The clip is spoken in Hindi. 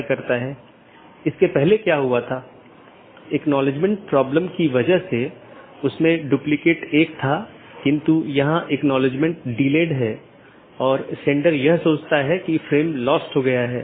कुछ और अवधारणाएं हैं एक राउटिंग पॉलिसी जो महत्वपूर्ण है जोकि नेटवर्क के माध्यम से डेटा पैकेट के प्रवाह को बाधित करने वाले नियमों का सेट है